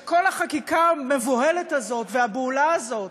שכל החקיקה המבוהלת הזאת והבהולה הזאת